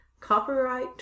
Copyright